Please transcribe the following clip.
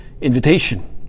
invitation